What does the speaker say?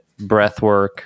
breathwork